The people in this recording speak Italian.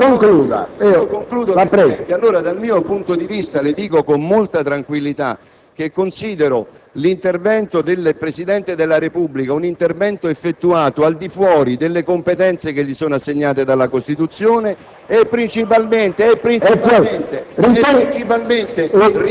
Non intendo aprire una discussione, mi avvio a concludere. Dal mio punto di vista, le dico con molta tranquillità che considero l'intervento del Presidente della Repubblica un intervento effettuato al di fuori delle competenze che gli sono assegnate dalla Costituzione.